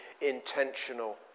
intentional